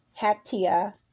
Hatia